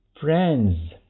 friends